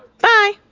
Bye